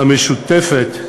המשותפת,